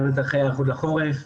גם לצרכי ההיערכות לחורף.